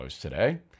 today